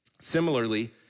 Similarly